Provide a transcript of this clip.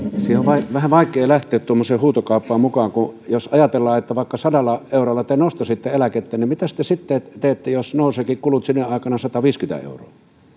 siihen on vähän vaikea lähteä tuommoiseen huutokauppaan mukaan jos ajatellaan että vaikka sadalla eurolla te nostaisitte eläkettä niin mitä te sitten teette jos nousevatkin kulut sinä aikana sataviisikymmentä euroa